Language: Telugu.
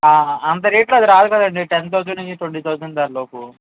అంత రేట్లో అది రాదు కదండీ టెన్ థౌజండ్ నుంచి ట్వెంటీ థౌజండ్ ఆ లోపు